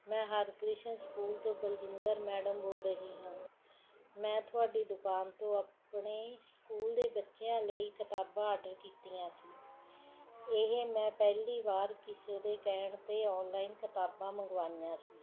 ਮੈਂ ਹਰਿਕ੍ਰਿਸ਼ਨ ਸਕੂਲ ਤੋਂ ਬਲਜਿੰਦਰ ਮੈਡਮ ਬੋਲ਼ ਰਹੀ ਹਾਂ ਮੈਂ ਤੁਹਾਡੀ ਦੁਕਾਨ ਤੋਂ ਆਪਣੇ ਸਕੂਲ ਦੇ ਬੱਚਿਆਂ ਲਈ ਕਿਤਾਬਾਂ ਆਡਰ ਕੀਤੀਆਂ ਸੀ ਇਹ ਮੈਂ ਪਹਿਲੀ ਵਾਰ ਕਿਸੇ ਦੇ ਕਹਿਣ 'ਤੇ ਔਨਲਾਈਨ ਕਿਤਾਬਾਂ ਮੰਗਵਾਈਆਂ ਸੀ